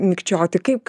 mikčioti kaip